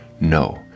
No